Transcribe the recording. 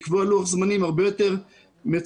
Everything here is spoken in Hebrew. לקבוע לוח זמנים הרבה יותר מצומצם.